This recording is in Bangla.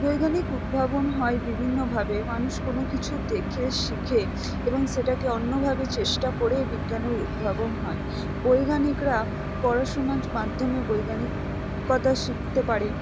বৈজ্ঞানিক উদ্ভাবন হয় বিভিন্নভাবে মানুষ কোনো কিছু দেখে শিখে এবং সেটাকে অন্যভাবে চেষ্টা করেই বিজ্ঞানের উদ্ভাবন হয় বৈজ্ঞানিকরা পড়াশোনার মাধ্যমে বৈজ্ঞানিকতা শিখতে পারে